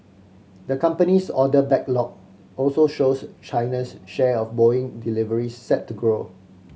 the company's order backlog also shows China's share of Boeing delivery set to grow